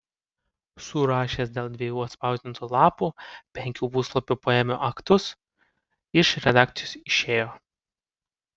surašęs dėl dviejų atspausdintų lapų penkių puslapių poėmio aktus iš redakcijos išėjo